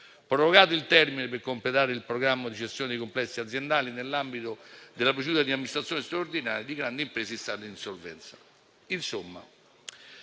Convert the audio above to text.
prorogato il termine per completare il programma di cessione di complessi aziendali nell’ambito della procedura di amministrazione straordinaria di grandi imprese in stato di insolvenza.